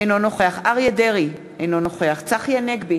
אינו נוכח אריה דרעי, אינו נוכח צחי הנגבי,